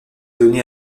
donnée